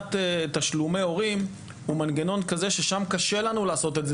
שבגביית תשלומי הורים הוא מנגנון כזה ששם קשה לנו לעשות את זה